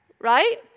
right